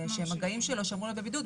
המגעים שלו שאמורים להיות בבידוד,